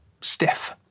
stiff